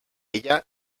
ella